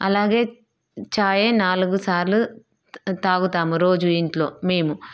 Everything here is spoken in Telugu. అలాగే చాయే నాలుగు సార్లు తాగుతాము రోజు ఇంట్లో మేము